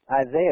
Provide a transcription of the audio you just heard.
Isaiah